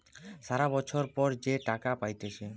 সারা বছর পর যে টাকা পাইতেছে